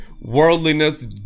worldliness